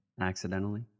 Accidentally